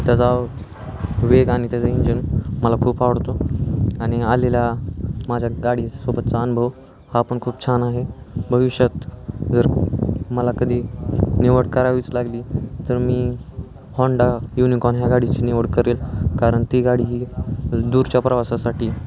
त्याचा वेग आणि त्याचं इंजिन मला खूप आवडतो आणि आलेला माझ्या गाडी सोबतचा अनुभव हा पण खूप छान आहे भविष्यात जर मला कधी निवड करावीच लागली तर मी हाँडा युनिकॉर्न ह्या गाडीची निवड करेल कारण ती गाडी ही दूरच्या प्रवासासाठी